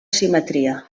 simetria